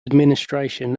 administration